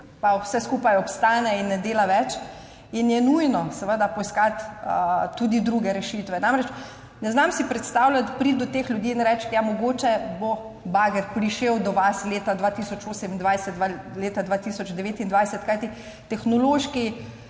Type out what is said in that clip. in vse skupaj obstane in ne dela več. Seveda je nujno poiskati tudi druge rešitve. Ne znam si namreč predstavljati, da pridem do teh ljudi in rečem, ja, mogoče bo bager prišel do vas leta 2028, leta 2029, kajti tehnološki